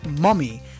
mummy